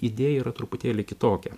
idėja yra truputėlį kitokia